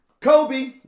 Kobe